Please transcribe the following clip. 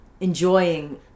enjoying